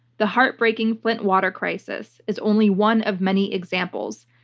the heartbreaking flint water crisis is only one of many examples,